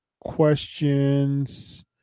questions